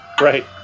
Right